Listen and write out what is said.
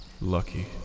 Lucky